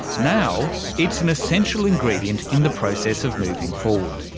now it's an essential ingredient in the process of moving forward,